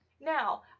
Now